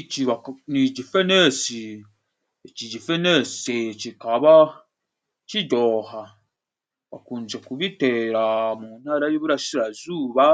Ici ni igifenesi. Iki gifenesi cikaba kijyoha. Bakunze kubihinga mu ntara y'iburasirazuba,